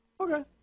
Okay